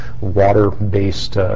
water-based